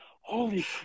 Holy